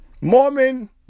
Mormon